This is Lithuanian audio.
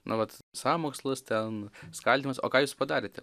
nu vat sąmokslas ten skaldymas o ką jūs padarėte